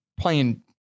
playing